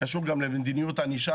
קשור גם למדיניות ענישה.